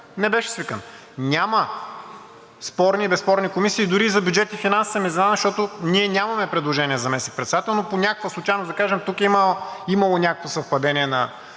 не беше свикан. Няма спорни и безспорни комисии. Дори за Бюджет и финанси съм изненадан, защото ние нямаме предложение за заместник-председател, но по някаква случайност, да кажем, тук е имало някакво съвпадение на